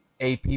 AP